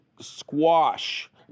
squash